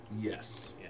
Yes